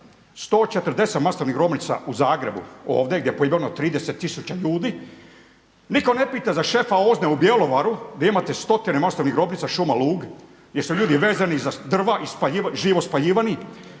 140 masovnih grobnica u Zagrebu ovdje gdje je poginulo 30000 ljudi. Nitko ne pita za šefa OZNA-e u Bjelovaru gdje imate stotine masovnih grobnica, šuma, lug gdje su ljudi vezani za drva i živo spaljivani.